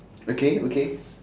okay okay